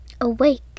awake